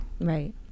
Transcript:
right